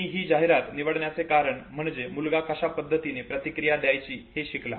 मी ही जाहिरात निवडण्याचे कारण म्हणजे मुलगा कशा पद्धतीने प्रतिक्रिया द्यायची हे कसा शिकला